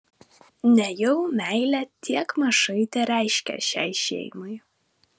nejau meilė tiek mažai tereiškia šiai šeimai